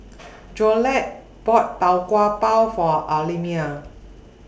Jolette bought Tau Kwa Pau For Almedia